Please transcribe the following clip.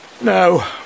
No